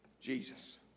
Jesus